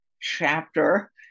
chapter